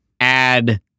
add